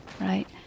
Right